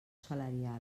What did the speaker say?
salarial